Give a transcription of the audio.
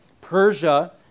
Persia